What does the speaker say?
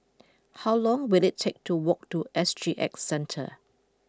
how long will it take to walk to S G X Centre